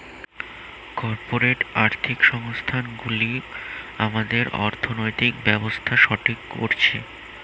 corporate আর্থিক সংস্থান গুলি আমাদের অর্থনৈতিক ব্যাবস্থা ঠিক করছে